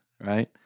right